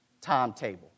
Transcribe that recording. timetable